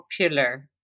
popular